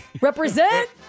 Represent